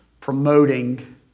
promoting